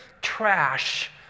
trash